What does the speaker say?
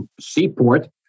seaport